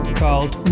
called